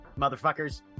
motherfuckers